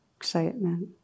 excitement